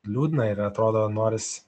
liūdna ir atrodo noris